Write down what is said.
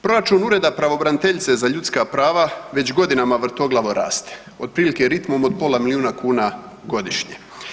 Proračun Ureda pravobraniteljice za ljudska prava već godinama vrtoglavo raste, otprilike ritmom od pola milijuna kuna godišnje.